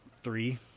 three